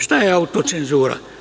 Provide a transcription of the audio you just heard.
Šta je autocenzura?